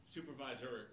Supervisor